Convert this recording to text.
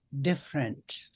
different